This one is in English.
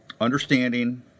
Understanding